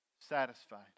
satisfied